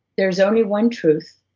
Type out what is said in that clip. there is only one truth,